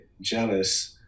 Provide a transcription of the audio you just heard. jealous